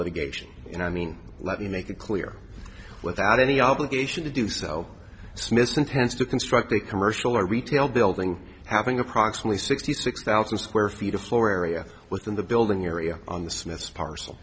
litigation and i mean let me make it clear without any obligation to do so smithson tends to construct a commercial or retail building having approximately sixty six thousand square feet of floor area within the building area on the smith's parcel